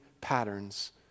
patterns